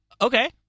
Okay